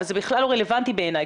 וזה בכלל לא רלוונטי בעיניי,